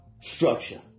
structure